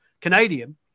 Canadian